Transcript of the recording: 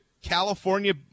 California